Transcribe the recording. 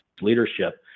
leadership